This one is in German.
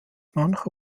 manche